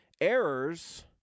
Errors